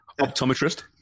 Optometrist